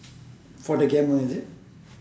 for the gamer is it